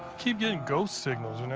keep getting ghost signals, you know?